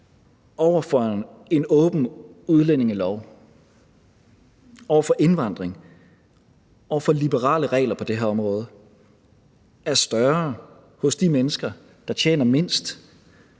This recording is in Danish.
over for en åben udlændingelov, over for indvandring, over for liberale regler på det her område er større hos de mennesker, som tjener mindst,